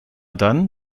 dann